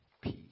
peace